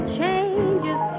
changes